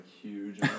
huge